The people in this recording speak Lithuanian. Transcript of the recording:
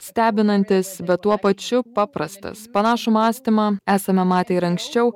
stebinantis bet tuo pačiu paprastas panašų mąstymą esame matę ir anksčiau